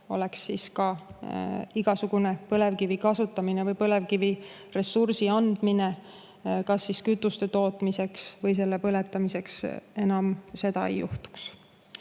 poleks ka igasugust põlevkivi kasutamist ega põlevkiviressursi andmist kas kütuse tootmiseks või selle põletamiseks. Seda enam ei juhtuks.